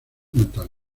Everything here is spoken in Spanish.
natal